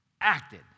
acted